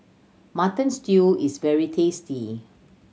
Mutton Stew is very tasty